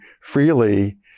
freely